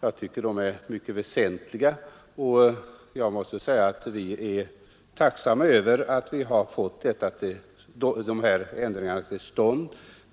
Jag tycker de är mycket väsentliga, och vi är tacksamma över att vi har fått dessa ändringar till stånd.